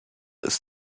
ist